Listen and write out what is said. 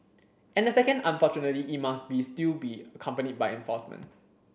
and the second unfortunately it must be still be accompanied by enforcement